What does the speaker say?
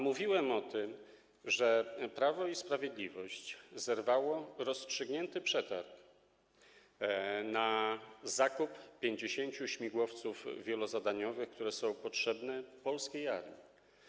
Mówiłem o tym, że Prawo i Sprawiedliwość zerwało rozstrzygnięty przetarg na zakup 50 śmigłowców wielozadaniowych, które są potrzebne polskiej armii.